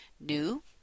New